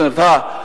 זאת אומרת,